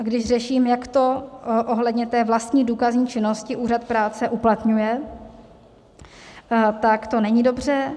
Když řeším, jak to ohledně té vlastní důkazní činnosti úřad práce uplatňuje, tak to není dobře.